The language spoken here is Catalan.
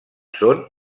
són